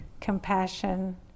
Compassion